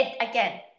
again